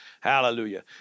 Hallelujah